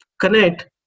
Connect